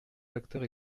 acteurs